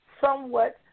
somewhat